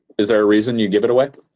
is there a reason you gave it away?